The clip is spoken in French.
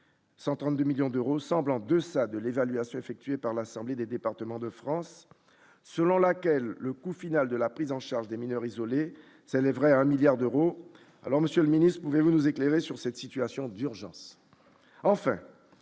132 millions d'euros semble en deçà de l'évaluation effectuée par l'Assemblée des départements de France, selon laquelle le coût final de la prise en charge des mineurs isolés ça lèverait un milliard d'euros, alors Monsieur le Ministre, pouvez-vous nous éclairer sur cette situation d'urgence,